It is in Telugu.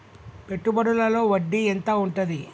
పెట్టుబడుల లో వడ్డీ ఎంత ఉంటది?